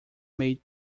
made